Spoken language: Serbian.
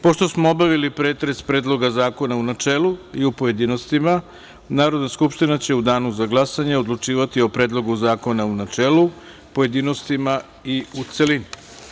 Pošto smo obavili pretres Predloga zakona u načelu i u pojedinostima, Narodna skupština će u Danu za glasanje odlučivati o Predlogu zakona u načelu, pojedinostima i u celini.